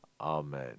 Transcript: Amen